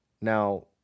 Now